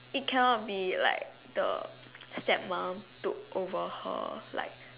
it cannot be like the step mum took over her like